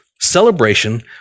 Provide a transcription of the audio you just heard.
celebration